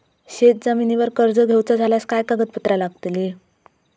शेत जमिनीवर कर्ज घेऊचा झाल्यास काय कागदपत्र लागतली?